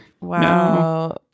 Wow